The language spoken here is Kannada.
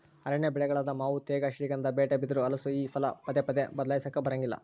ಅರಣ್ಯ ಬೆಳೆಗಳಾದ ಮಾವು ತೇಗ, ಶ್ರೀಗಂಧ, ಬೀಟೆ, ಬಿದಿರು, ಹಲಸು ಈ ಫಲ ಪದೇ ಪದೇ ಬದ್ಲಾಯಿಸಾಕಾ ಬರಂಗಿಲ್ಲ